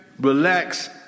relax